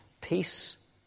Peace